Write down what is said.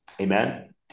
Amen